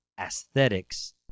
aesthetics